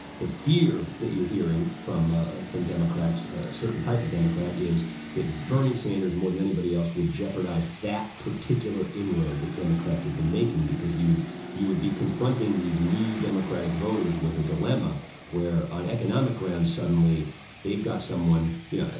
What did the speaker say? the fear that you're hearing from from democrats, a certain type of democrat, is that bernie sanders more than anybody else, would jeopardize that particular inroad that democrats have been making, because you would you would be confronting these new democratic voters with a dilemma where on economic grounds, suddenly they've got someone, yeah